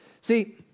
See